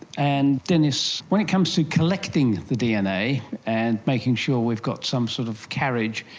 and dennis, when it comes to collecting the dna and making sure we've got some sort of carriage,